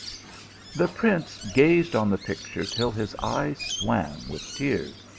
the prince gazed on the picture till his eyes swam with tears.